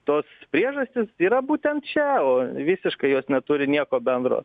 tos priežastys yra būtent čia o visiškai jos neturi nieko bendro